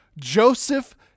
Joseph